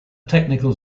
technical